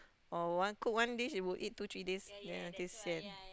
or one cook one dish he will eat two three days then until sian